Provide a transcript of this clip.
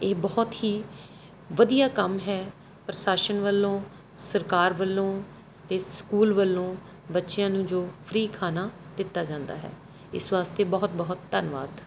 ਇਹ ਬਹੁਤ ਹੀ ਵਧੀਆ ਕੰਮ ਹੈ ਪ੍ਰਸ਼ਾਸਨ ਵੱਲੋਂ ਸਰਕਾਰ ਵੱਲੋਂ ਅਤੇ ਸਕੂਲ ਵੱਲੋਂ ਬੱਚਿਆਂ ਨੂੰ ਜੋ ਫਰੀ ਖਾਣਾ ਦਿੱਤਾ ਜਾਂਦਾ ਹੈ ਇਸ ਵਾਸਤੇ ਬਹੁਤ ਬਹੁਤ ਧੰਨਵਾਦ